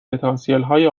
پتانسیلهای